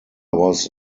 was